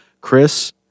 Chris